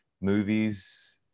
movies